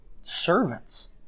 servants